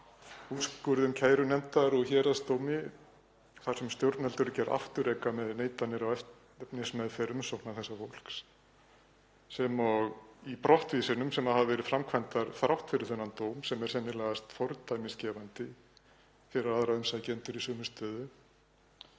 úrskurðum kærunefndar og í héraðsdómi þar sem stjórnvöld voru gerð afturreka með neitanir um efnismeðferð umsóknar þessa fólks sem og í brottvísunum sem hafa verið framkvæmdar þrátt fyrir þennan dóm sem er sennilega fordæmisgefandi fyrir aðra umsækjendur í sömu stöðu.